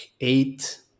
eight